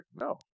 No